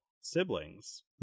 siblings